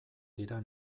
dira